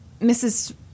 Mrs